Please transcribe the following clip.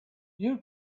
you